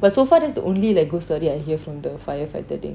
but so far that's the only ghost story I hear from the firefighter thing